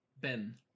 Ben